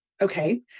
okay